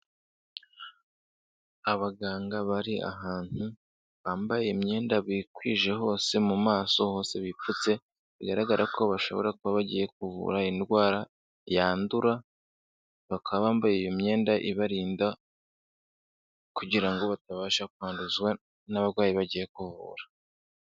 Abaganga bari ahantu bambaye imyenda bikwije hose mu maso hose bipfutse, bigaragara ko bashobora kuba bagiye kuvura indwara yandura, bakaba bambaye iyo myenda ibarinda, kugira ngo batabasha kwanduzwa n'abarwayi bagiye kuvura.